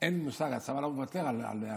אין לי מושג, הצבא לא מוותר על מספר,